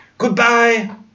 Goodbye